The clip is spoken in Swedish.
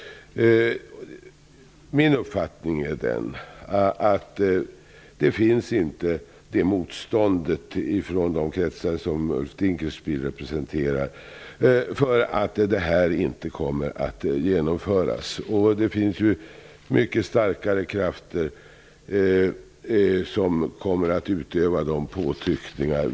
Min uppfattning är att det inte, i de kretsar som Ulf Dinkelspiel representerar, finns något motstånd mot att detta genomförs. Det finns mycket starkare krafter som kommer att utöva påtryckningar.